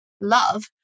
love